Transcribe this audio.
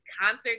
concert